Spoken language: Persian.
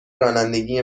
رانندگی